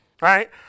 right